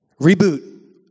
Reboot